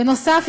בנוסף,